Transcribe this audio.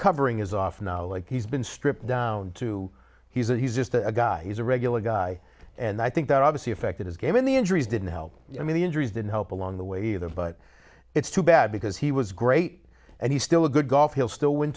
covering is often like he's been stripped down to he's a he's just a guy he's a regular guy and i think that obviously affected his game in the injuries didn't help i mean the injuries didn't help along the way either but it's too bad because he was great and he's still a good golfer he'll still w